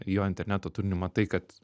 jo interneto turinį matai kad